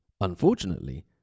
Unfortunately